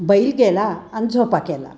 बैल गेला आणि झोपा केला